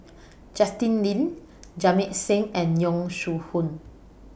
Justin Lean Jamit Singh and Yong Shu Hoong